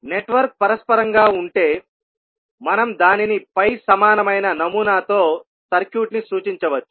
network పరస్పరం గా ఉంటే మనం దానిని పై సమానమైన నమూనాతో సర్క్యూట్ను సూచించవచ్చు